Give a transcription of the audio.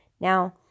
now